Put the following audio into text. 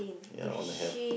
your own health